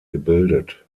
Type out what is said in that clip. gebildet